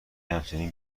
همچنین